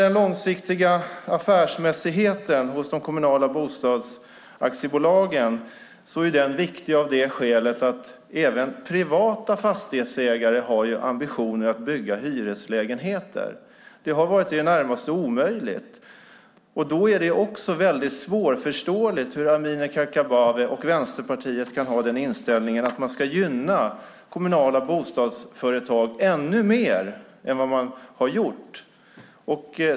Den långsiktiga affärsmässigheten hos de kommunala bostadsaktiebolagen är viktig av det skälet att även privata fastighetsägare har ambitionen att bygga hyreslägenheter. Det har varit i det närmaste omöjligt. Då är det svårförståeligt hur Amineh Kakabaveh och Vänsterpartiet har inställningen att man ska gynna kommunala bostadsföretag ännu mer än vad man har gjort.